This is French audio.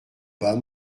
bas